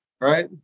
Right